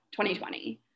2020